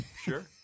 sure